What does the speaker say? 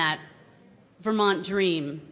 that vermont dream